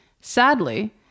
Sadly